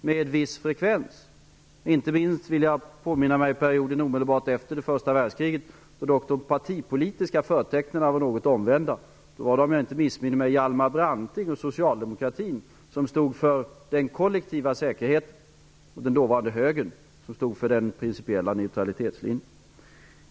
Jag vill inte minst påminna om perioden omedelbart efter första världskriget då de partipolitiska förtecknen var något omvända. Om jag inte missminner mig var det Hjalmar Branting och socialdemokratin som stod för den kollektiva säkerheten. Den dåvarande högern stod för den principiella neutralitetslinjen.